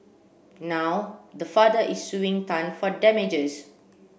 now the father is suing Tan for damages